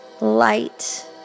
light